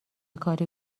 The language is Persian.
کاری